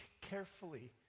carefully